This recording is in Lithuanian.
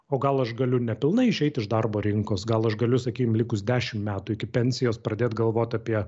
o gal aš galiu nepilnai išeiti iš darbo rinkos gal aš galiu sakykim likus dešimt metų iki pensijos pradėt galvot apie